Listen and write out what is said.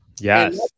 Yes